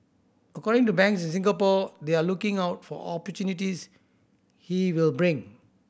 according to banks in Singapore they are looking out for opportunities he will bring